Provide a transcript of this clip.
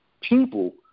people